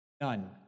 None